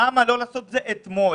למה לא לעשות את זה אתמול?